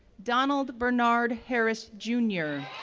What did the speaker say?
donald bernard harris jr,